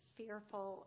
fearful